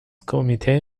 کمیته